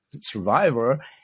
survivor